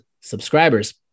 subscribers